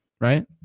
Right